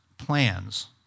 plans